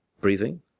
breathing